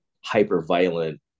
hyper-violent